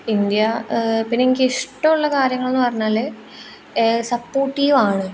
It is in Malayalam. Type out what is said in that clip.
ഇന്ത്യ പിന്നെ എനിക്കിഷ്ടം ഉള്ള കാര്യങ്ങളെന്ന് പറഞ്ഞാൽ സപ്പോർട്ടീവാണ്